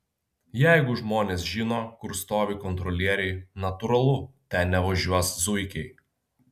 jeigu žmonės žino kur stovi kontrolieriai natūralu ten nevažiuos zuikiai